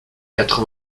quatre